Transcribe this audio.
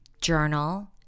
journal